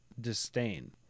disdain